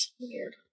weird